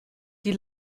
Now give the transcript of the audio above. die